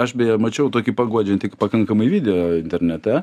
aš beje mačiau tokį paguodžiantį pakankamai video internete